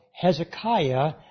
Hezekiah